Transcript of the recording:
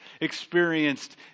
experienced